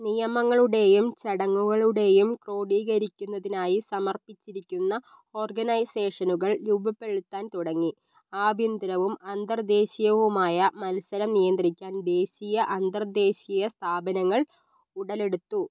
നിയമങ്ങളുടെയും ചടങ്ങുകളുടെയും ക്രോഡീകരിക്കുന്നതിനായി സമർപ്പിച്ചിരിക്കുന്ന ഓർഗനൈസേഷനുകൾ രൂപപ്പെടുത്താൻ തുടങ്ങി ആഭ്യന്തരവും അന്തർദേശീയവുമായ മത്സരം നിയന്ത്രിക്കാൻ ദേശീയ അന്തർദേശീയ സ്ഥാപനങ്ങൾ ഉടലെടുത്തു